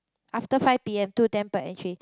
after five P_M two ten per entry